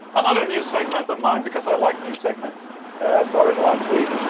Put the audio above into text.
another new segment of mine, because i like new segments started last week.